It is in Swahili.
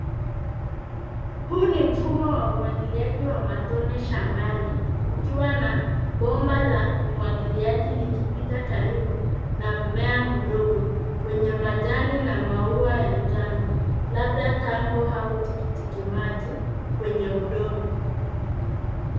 Huu ni mfumo wa umwagiliaji wa matone shambani ukiwa na bomba la umwagiliaji likipita karibu na mmea mdogo wenye majani na maua ya njano labda tango hao tikitiki maji kwenye udongo.